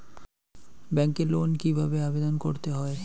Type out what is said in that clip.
ব্যাংকে লোন কিভাবে আবেদন করতে হয়?